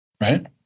Right